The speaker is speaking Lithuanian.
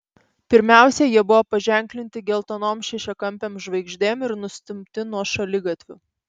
pirmiausia jie buvo paženklinti geltonom šešiakampėm žvaigždėm ir nustumti nuo šaligatvių